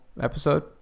episode